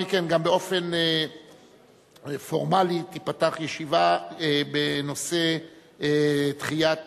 באופן פורמלי תיפתח ישיבה בנושא דחיית